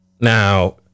now